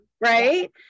Right